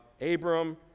Abram